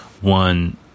one